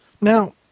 Now